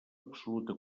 absoluta